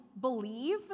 believe